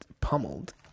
pummeled